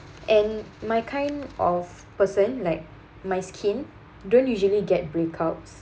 and my kind of person like my skin don't usually get breakouts